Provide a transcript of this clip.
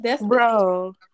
Bro